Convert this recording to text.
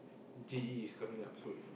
G_E is coming up soon